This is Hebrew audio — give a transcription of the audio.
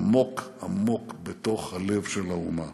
עמוק עמוק בתוך הלב של האומה.